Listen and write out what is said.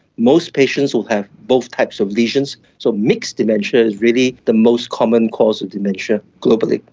most patients will have both types of lesions, so mixed dementia is really the most common cause of dementia globally.